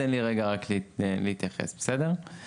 תן לי רגע רק להתייחס, בסדר?